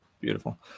Beautiful